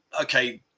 okay